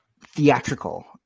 theatrical